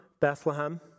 Bethlehem